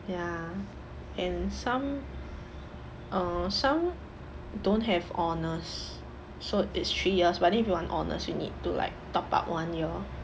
ya and some uh some don't have honours so it's three years but then if you want honours you need to like top up one year